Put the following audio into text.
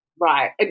Right